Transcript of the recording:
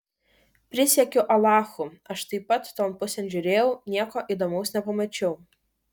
prisiekiu alachu aš taip pat ton pusėn žiūrėjau nieko įdomaus nepamačiau